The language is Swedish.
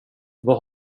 vad